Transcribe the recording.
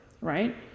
right